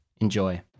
Enjoy